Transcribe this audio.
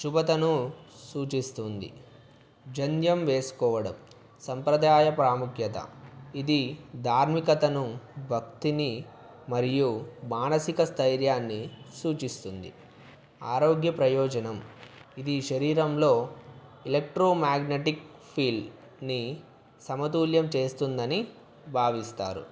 శుభతను సూచిస్తుంది జంజం వేసుకోవడం సాంప్రదాయ ప్రాముఖ్యత ఇది దార్మికతను భక్తిని మరియు మానసిక స్థైర్యాన్ని సూచిస్తుంది ఆరోగ్య ప్రయోజనం ఇది శరీరంలో ఎలక్ట్రోమాగ్నెటిక్ ఫీల్డ్ని సమతుల్యం చేస్తుందని భావిస్తారు